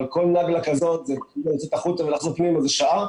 אבל כל נגלה כזאת שיוצאת החוצה וחוזרת פנימה זה שעה.